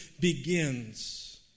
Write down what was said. begins